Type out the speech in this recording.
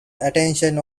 attention